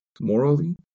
morally